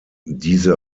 diese